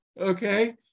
okay